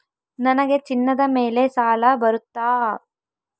ನನಗೆ ಚಿನ್ನದ ಮೇಲೆ ಸಾಲ ಬರುತ್ತಾ?